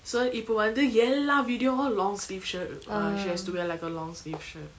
so இப்ப வந்து எல்லா:ippa vanthu ella video uh long sleeve shirt uh she has to wear like a long sleeve shirt